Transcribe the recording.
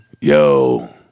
Yo